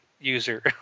User